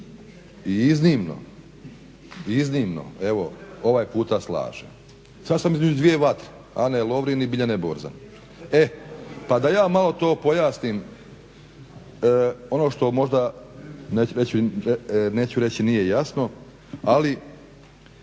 čudo i iznimno, evo ovaj puta slažem. Sad sam između dvije vate, Ane Lovrin i Biljane Borzan. E, pa da ja malo to pojasnim, ono što možda, neću reći nije jasno, ali